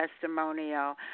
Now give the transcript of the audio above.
testimonial